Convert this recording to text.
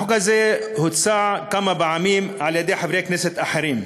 החוק הזה הוצע כמה פעמים על-ידי חברי כנסת אחרים,